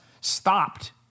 stopped